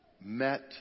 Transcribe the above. met